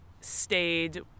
stayed